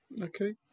Okay